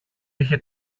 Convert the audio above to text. είχε